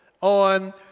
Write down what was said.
on